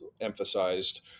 emphasized